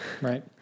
Right